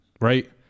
right